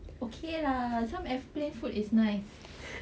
okay lah some aeroplane food is nice